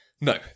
No